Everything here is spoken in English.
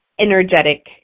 energetic